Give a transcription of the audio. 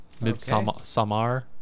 Midsummer